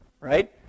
right